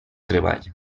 treball